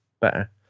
better